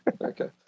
Okay